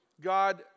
God